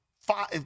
five